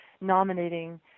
nominating